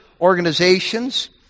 organizations